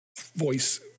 voice